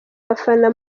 abafana